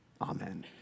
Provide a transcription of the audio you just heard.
Amen